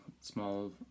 small